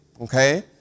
Okay